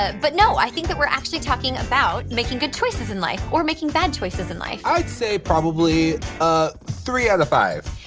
ah but no, i think that we're actually talking about making good choices in life or making bad choices in life. i'd say probably three outta five.